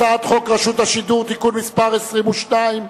הצעת חוק רשות השידור (תיקון מס' 22),